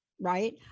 right